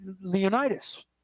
Leonidas